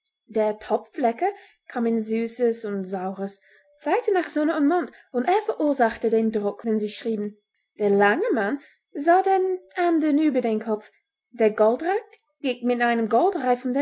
der topflecker kam in süßes und saures zeigte nach sonne und mond und er verursachte den druck wenn sie schrieben der langemann sah den andern über den kopf der goldrand ging mit einem